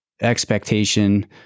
expectation